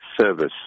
service